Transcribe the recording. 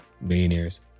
Millionaires